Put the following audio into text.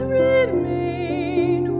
remain